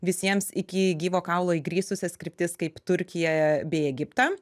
visiems iki gyvo kaulo įgrisusias kryptis kaip turkiją bei egiptą